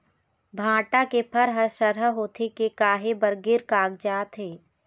भांटा के फर हर सरहा होथे के काहे बर गिर कागजात हे?